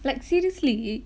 like seriously